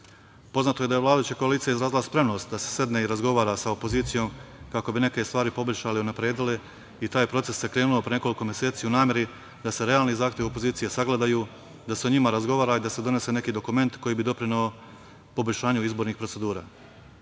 je da je vladajuća koalicija izrazila spremnost da se sedne i razgovara sa opozicijom kako bi neke stvari poboljšali, unapredili i taj proces je krenuo pre nekoliko meseci u nameri da se realni zahtevi opozicije sagledaju, da se o njima razgovara i da se donese neki dokument koji bi doprineo poboljšanju izbornih procedura. Znamo